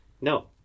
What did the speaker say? No